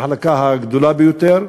המחלקה הגדולה ביותר,